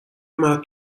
مرد